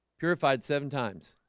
purified seven times